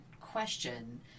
question